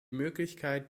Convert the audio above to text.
möglichkeit